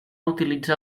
utilitza